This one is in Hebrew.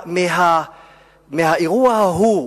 מהאירוע ההוא,